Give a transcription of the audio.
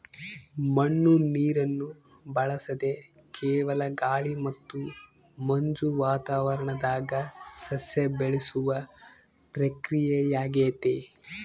ಮಣ್ಣು ನೀರನ್ನು ಬಳಸದೆ ಕೇವಲ ಗಾಳಿ ಮತ್ತು ಮಂಜು ವಾತಾವರಣದಾಗ ಸಸ್ಯ ಬೆಳೆಸುವ ಪ್ರಕ್ರಿಯೆಯಾಗೆತೆ